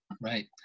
right